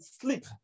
sleep